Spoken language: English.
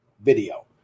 video